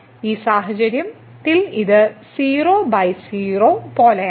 ഈ സാഹചര്യത്തിൽ ഇത് 00 പോലെയാണ്